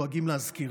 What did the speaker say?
אז קודם כול,